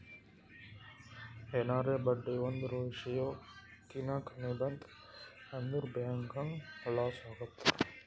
ಎನಾರೇ ಬಡ್ಡಿ ಒಂದ್ ರೇಶಿಯೋ ಕಿನಾ ಕಮ್ಮಿ ಬಂತ್ ಅಂದುರ್ ಬ್ಯಾಂಕ್ಗ ಲಾಸ್ ಆತ್ತುದ್